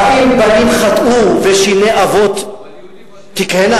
האם בנים חטאו ושיני אבות תקהינה?